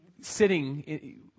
sitting